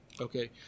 okay